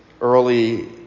early